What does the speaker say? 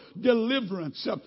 deliverance